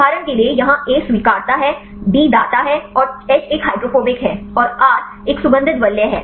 उदाहरण के लिए यहाँ A स्वीकर्ता है D दाता है और H एक हाइड्रोफोबिक है और R सुगंधित वलय है